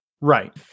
Right